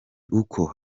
uko